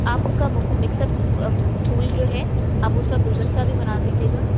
آپ اُس کا مکس اپ پھول جو ہے آپ اُس کا گُلدستہ بھی بنا دیجیئے گا